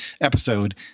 episode